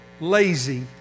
lazy